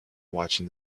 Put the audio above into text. watching